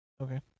Okay